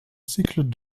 cycle